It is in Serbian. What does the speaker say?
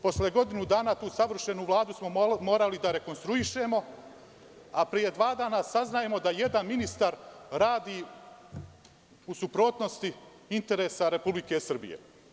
Posle godinu dana tu savršenu Vladu smo morali da rekonstruišemo, a pre dva dana saznajemo da jedan ministar radi u suprotnosti interesa Republike Srbije.